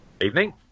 Evening